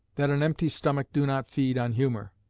that an empty stomach do not feed on humour.